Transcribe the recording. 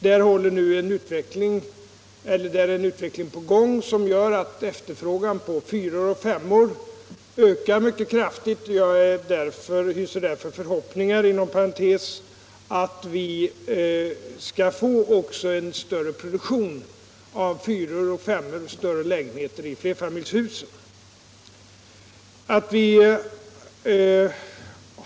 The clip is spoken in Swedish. Där är nu en utveckling på gång som gör, att efterfrågan på fyror och femmor ökar mycket kraftigt. Jag hyser därför förhoppningar —- inom parentes sagt — att vi skall få en större produktion också av fyror och femmor i flerfamiljshusen.